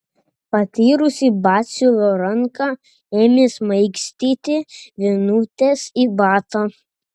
patyrusi batsiuvio ranka ėmė smaigstyti vinutes į batą